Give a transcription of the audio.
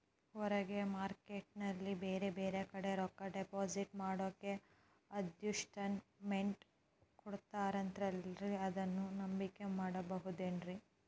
ಹೊರಗೆ ಮಾರ್ಕೇಟ್ ನಲ್ಲಿ ಬೇರೆ ಬೇರೆ ಕಡೆ ರೊಕ್ಕ ಡಿಪಾಸಿಟ್ ಮಾಡೋಕೆ ಅಡುಟ್ಯಸ್ ಮೆಂಟ್ ಕೊಡುತ್ತಾರಲ್ರೇ ಅದನ್ನು ನಂಬಿಕೆ ಮಾಡಬಹುದೇನ್ರಿ?